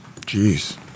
Jeez